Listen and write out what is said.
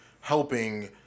helping